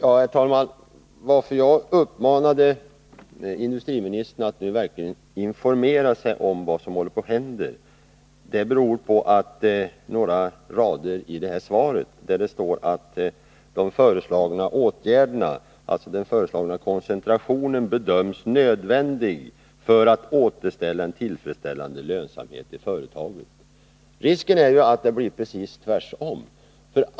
Herr talman! Att jag uppmanade industriministern att nu verkligen informera sig om vad som håller på att hända beror på några rader i svaret, där det står att ”den föreslagna åtgärden” — alltså den föreslagna koncentrationen — ”bedöms nödvändig för att återställa en tillfredsställande lönsamhet i företaget”. Risken är ju att det blir precis tvärtom.